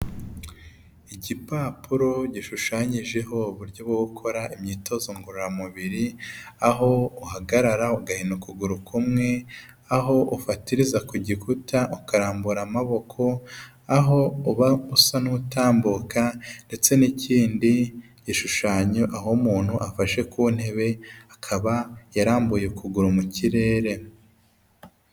Igipapuro gishushanyijeho uburyo bwo gukora imyitozo ngororamubiri, aho uhagarara ugahina ukuguru kumwe, aho ufatiriza ku gikuta ukararambura amaboko, aho uba usa n'utambuka ndetse n'ikindi gishushanyo aho umuntu afashe ku ntebe akaba yarambuye ukuguru mu kirere.